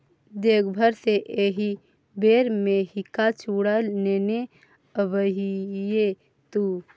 देवघर सँ एहिबेर मेहिका चुड़ा नेने आबिहे तु